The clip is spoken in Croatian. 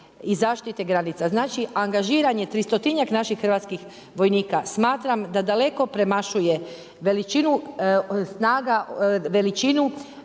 i zaštite granica. Znači, angažiranje tristotinjak naših hrvatskih vojnika smatram da daleko premašuje veličinu snaga, veličinu